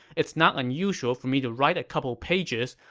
it's not unusual for me to write a couple pages,